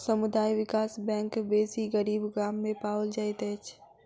समुदाय विकास बैंक बेसी गरीब गाम में पाओल जाइत अछि